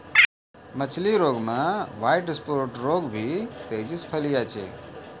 मछली रोग मे ह्वाइट स्फोट रोग भी तेजी से फैली जाय छै